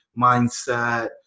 mindset